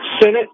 Senate